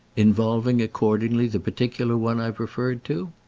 involving accordingly the particular one i've referred to?